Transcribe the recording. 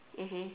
mmhmm